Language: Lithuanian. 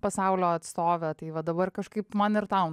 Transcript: pasaulio atstove tai va dabar kažkaip man ir tau